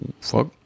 fuck